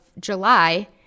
July